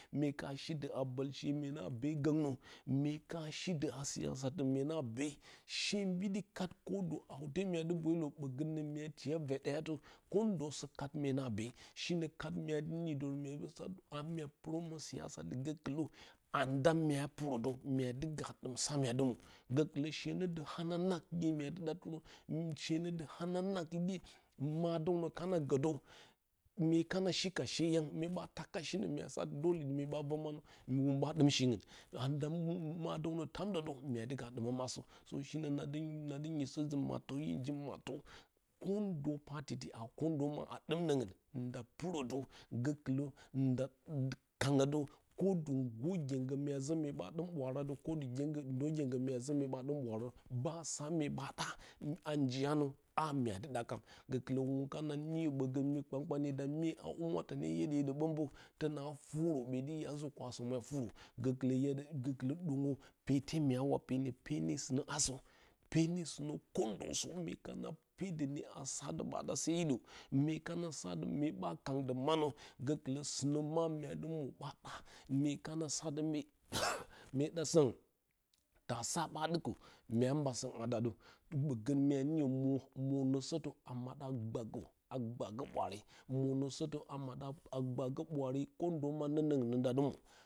Mue ka shi dɨ ha bolshe myena be gonnə mye ka dɨ ha mye na be she mbidi kat hawte muadɨ bwalerə ɓogon no mya tina vadanatə kondosə kat mue na be shi no kat mua dɨ nidorə mua ɓa sa a mya puromə gokɨlə anda mya purodə mya dɨ mwo golitlə she no də nana hang iye mya dɨ ɗaterə she no də hananang ite madounə kana go də mye kana shi ka she yang wun ɓa taka shino mua sa mye ɓa vo manə wuu ɓa dɨm shiunga anda madounə tamda də mya daga dɨmam asə shinə nadɨ nadɨ nyiso ji mattə yin ji mattə kondo ti a kondoma a dɨm nnoung na purə də gokɨlə nda kangyo də kangyo də du də gyengo mya zo mye ɓa dim bwaara də ndu də gyengo mya zo mye ba dɨm ɓuraara sa mye ɓa ɗa a njiya nə a myadɨ ɗa kam go kɨlə wun kana niyo bogon myi kpankanye dam mye a huwa tonə hyedə hyedə ɓmbə dona furə ɓoti aa nzikwasome a furaturun goki izi dongyo pete mya wa pene, pene sunə asə pene sunə kondosə mye kana pedone a sa di ba ɗa se hidə mye kana sa mye ɓa kandə manə gokɨlə sunə ma mya dɨ mwo ɓa ɗa myekana sa dɨ mye mye ɗa soungu tasu ɓa dɨkə mya ba soungh a ɗa də ɓgon mua niyə mo monosotə a moɗa gbakə, a gbagə busaare monosotə a mada gbagə ɓwaare kondoma nononungnə ndadɨ mow.